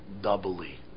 doubly